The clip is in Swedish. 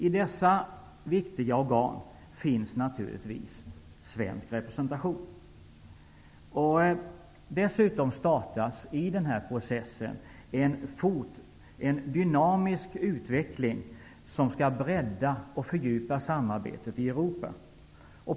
I dessa viktiga organ finns naturligtvis svensk representation. Dessutom startar en dynamisk process som skall bredda och fördjupa samarbetet i Europa.